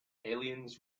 aliens